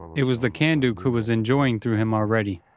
it was the kanduk who was enjoying through him already.